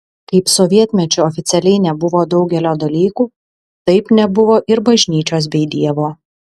kaip sovietmečiu oficialiai nebuvo daugelio dalykų taip nebuvo ir bažnyčios bei dievo